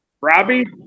Robbie